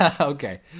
Okay